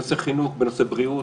בנושא חינוך,